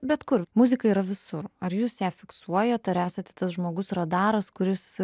bet kur muzika yra visur ar jūs ją fiksuojat ar esat tas žmogus radaras kuris